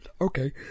Okay